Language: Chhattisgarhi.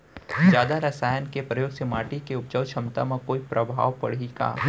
जादा रसायन के प्रयोग से माटी के उपजाऊ क्षमता म कोई प्रभाव पड़ही का?